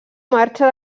marxa